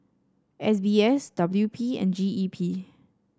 S B S W P and G E P